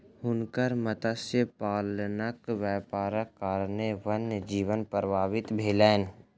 हुनकर मत्स्य पालनक व्यापारक कारणेँ वन्य जीवन प्रभावित भेलैन